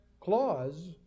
clause